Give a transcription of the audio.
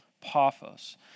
Paphos